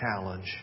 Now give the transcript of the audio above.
challenge